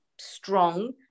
strong